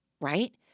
right